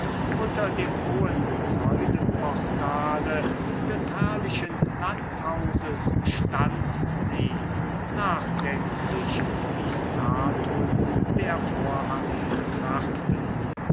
unter dem hohen säulenportale des herrlichen landhauses stand sie nachdenklich die statuen der vorhalle betrachtend